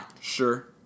Sure